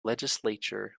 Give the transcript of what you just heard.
legislature